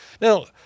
Now